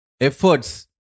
efforts